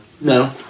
No